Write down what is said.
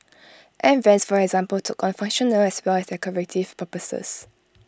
air Vents for example took on functional as well as decorative purposes